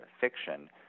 fiction